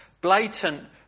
blatant